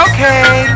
Okay